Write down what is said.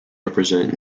represent